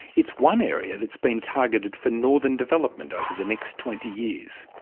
it's one area that's been targeted for northern development over the next twenty years.